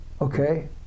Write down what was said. okay